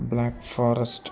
black forest